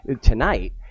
tonight